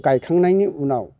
गायखांनायनि उनाव